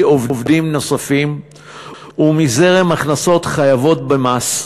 עובדים נוספים ומזרם הכנסות חייבות במס,